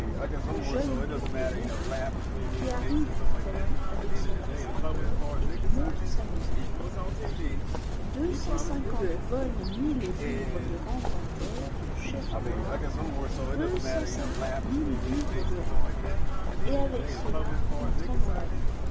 le jeune duc de montbrison qui arrive d'italie avec son précepteur et qui monte sa maison deux cent cinquante bonnes mille livres de rentes en terres mon cher edwards deux cent cinquante mille livres de rentes et avec cela entrant dans la vie